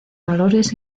valores